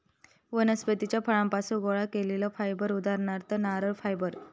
वनस्पतीच्या फळांपासुन गोळा केलेला फायबर उदाहरणार्थ नारळ फायबर